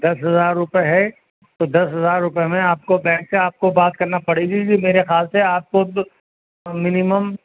دس ہزار روپے ہے تو دس ہزار روپے میں آپ کو بینک سے آپ کو بات کرنا پڑے گی جی میرے خیال سے آپ کو منیمم